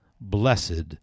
blessed